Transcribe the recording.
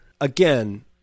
again –